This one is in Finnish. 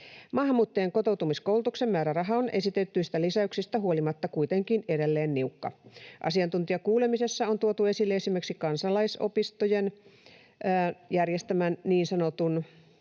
Maahanmuuttajien kotoutumiskoulutuksen määräraha on esitetyistä lisäyksistä huolimatta kuitenkin edelleen niukka. Asiantuntijakuulemisessa on tuotu esille esimerkiksi kansalaisopistojen järjestämän niin sanotun